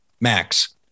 Max